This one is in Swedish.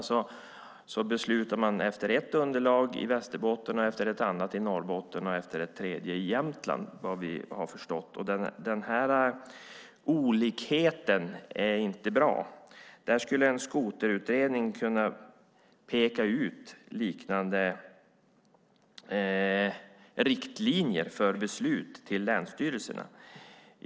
I Västerbotten beslutar man efter ett underlag, i Norrbotten efter ett annat underlag och i Jämtland efter ett tredje underlag, såvitt vi förstår. Den olikheten är inte bra. En skoterutredning skulle kunna peka ut riktlinjer för beslut när det gäller länsstyrelserna.